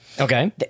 Okay